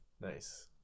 Nice